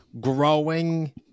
growing